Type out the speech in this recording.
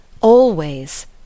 always